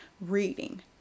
reading